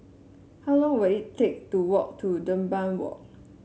how long will it take to walk to Dunbar Walk